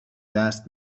دست